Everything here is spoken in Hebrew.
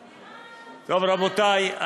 רבותי,